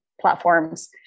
platforms